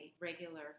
regular